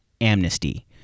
Amnesty